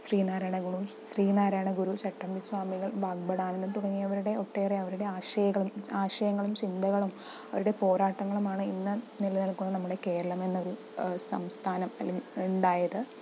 ശ്രീനാരായണഗുണു ശ്രീനാരായണഗുരു ചട്ടമ്പിസ്വാമികൾ ഭാഗ്ഭടാനന്ദൻ തുടങ്ങിയവരുടെ ഒട്ടേറെ അവരുടെ ആശയകളും ആശയങ്ങളും ചിന്തകളും അവരുടെ പോരാട്ടങ്ങളും ആണ് ഇന്ന് നിലനിൽക്കുന്ന നമ്മുടെ കേരളമെന്ന ഒരു സംസ്ഥാനം അല്ലെങ്കിൽ ഉണ്ടായത്